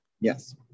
yes